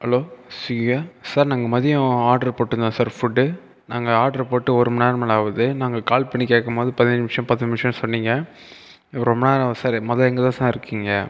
hello ஸ்விகியா sir நாங்கள் மதியம் ஆர்டர் போட்டு தான் சார் ஃபுட் நாங்கள் ஆர்டர் போட்டு ஒரு மணிநேரம் மேலே ஆகுது நாங்கள் கால் பண்ணி கேட்கும் போது பதினஞ்சு நிமிஷம் பத்து நிமிஷம் சொன்னீங்க இப்போ ரொம்ப நேரம் ஆகுது சார் மொதல எங்கேதான் சார் இருக்கீங்க